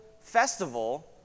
festival